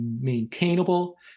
maintainable